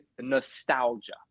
nostalgia